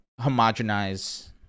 homogenize